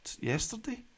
yesterday